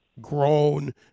grown